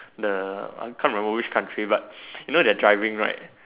the I can't remember which country but you know the driving right